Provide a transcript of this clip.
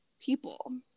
people